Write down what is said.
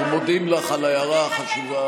אנחנו מודים לך על ההערה החשובה.